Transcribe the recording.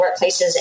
workplaces